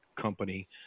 Company